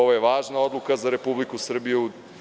Ovo je važna odluka za Republiku Srbiju.